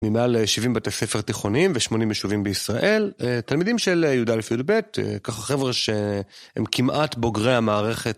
ממעל 70 בתי ספר תיכוניים ו-80 יישובים בישראל, תלמידים של י"א י"ב, ככה חבר'ה שהם כמעט בוגרי המערכת.